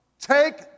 Take